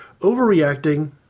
overreacting